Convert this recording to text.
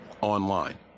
online